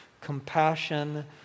compassion